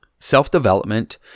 Self-development